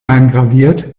eingraviert